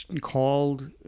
called